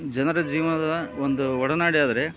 ಜನರ ಜೀವನದ ಒಂದು ಒಡನಾಡಿಯಾದರೆ